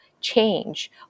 change